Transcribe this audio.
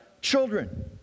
children